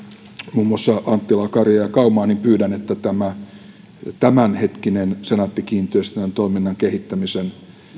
muun muassa anttilaa karia ja kaumaa niin pyydän että tämä tämänhetkinen senaatti kiinteistöjen toiminnan kehittämisen